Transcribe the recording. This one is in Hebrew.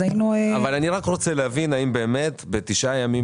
אני רק רוצה להבין האם באמת ב-9 הימים